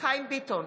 חיים ביטון,